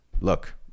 look